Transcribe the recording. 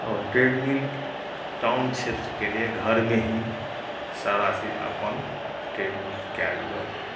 आओर treadmill town क्षेत्रके लिए घरमे ही सारा चीज अपन कैजुअली कए लिअ